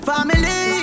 Family